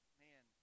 man